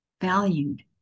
valued